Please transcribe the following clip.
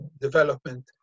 development